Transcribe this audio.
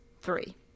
three